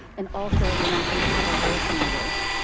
and also we want them to have a voice in our work.